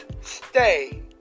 stay